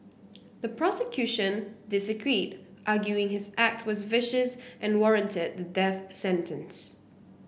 the prosecution disagreed arguing his act was vicious and warranted the death sentence